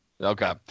Okay